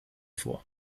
vor